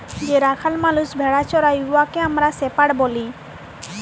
যে রাখাল মালুস ভেড়া চরাই উয়াকে আমরা শেপাড় ব্যলি